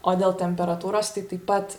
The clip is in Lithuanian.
o dėl temperatūros tai taip pat